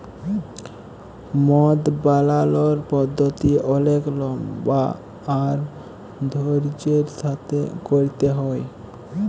মদ বালালর পদ্ধতি অলেক লম্বা আর ধইর্যের সাথে ক্যইরতে হ্যয়